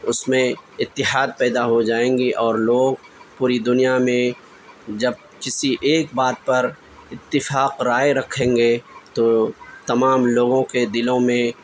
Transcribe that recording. اس میں اتحاد پیدا ہو جائیں گی اور لوگ پوری دنیا میں جب کسی ایک بات پر اتفاق رائے رکھیں گے تو تمام لوگوں کے دلوں میں